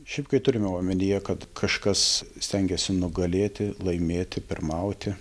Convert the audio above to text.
šiaip kai turime omenyje kad kažkas stengiasi nugalėti laimėti pirmauti